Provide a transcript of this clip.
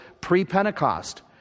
pre-Pentecost